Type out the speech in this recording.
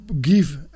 give